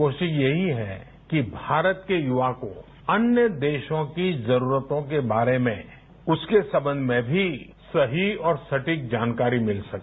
कोशिश यही है कि भारत के युवा को अन्य देशों की जरूरतों के बारे में उसके संबंध में भी सही और सटीक जानकारी मिल सके